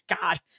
God